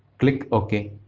click ok.